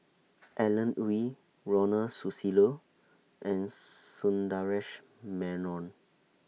Alan Oei Ronald Susilo and Sundaresh Menon